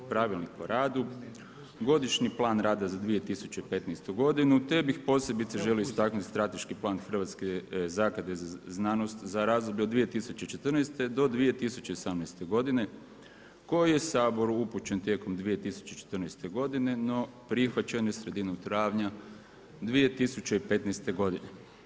Pravilnik o radu, Godišnji plan rada za 2015. godinu te bih posebice želio istaknuti Strateški plan Hrvatske zaklade za znanost za razdoblje od 2014. do 2018. godine koje je Saboru upućen tijekom 2014. godine, no prihvaćen je sredinom travnja 2015. godine.